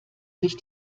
sich